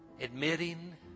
admitting